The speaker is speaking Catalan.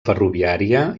ferroviària